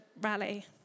rally